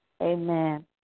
amen